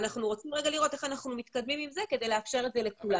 אנחנו רוצים לראות איך אנחנו מתקדמים עם זה כדי לאפשר את זה לכולם.